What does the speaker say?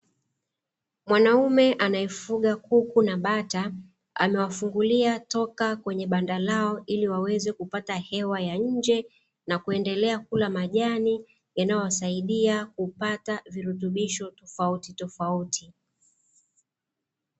Mwanaume anayefuga kuku na bata amewafungulia toka kwenye banda lao ili waweze kupata hewa ya nje na kuendelea kula majani yanayowasaidia kupata virutubisho tofautitofauti.